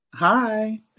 Hi